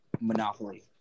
Monopoly